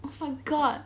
oh my god